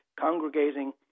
congregating